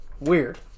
weird